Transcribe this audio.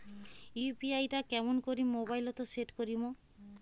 UPI টা কেমন করি মোবাইলত সেট করিম?